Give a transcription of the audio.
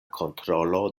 kontrolo